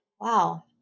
wow